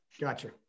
Gotcha